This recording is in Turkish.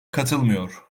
katılmıyor